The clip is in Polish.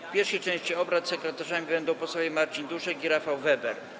W pierwszej części obrad sekretarzami będą posłowie Marcin Duszek i Rafał Weber.